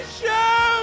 show